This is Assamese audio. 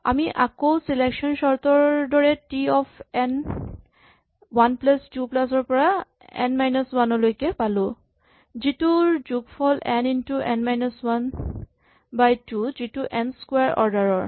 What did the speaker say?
আমি আকৌ চিলেকচন চৰ্ট ৰ দৰে টি অফ ৰ এন ১ প্লাচ টু প্লাচ ৰ পৰা এন মাইনাচ ৱান লৈকে পালো যিটোৰ যোগফল n into n minus one by two যিটো এন স্কোৱাৰ অৰ্ডাৰ ৰ